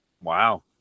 Wow